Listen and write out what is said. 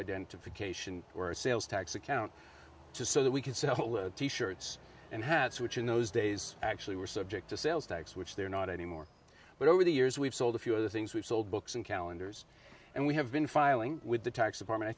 identification or a sales tax account to so that we could sell t shirts and hats which in those days actually were subject to sales tax which they're not anymore but over the years we've sold a few of the things we've sold books and calendars and we have been filing with the tax department i